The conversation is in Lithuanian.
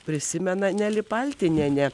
prisimena neli paltinienę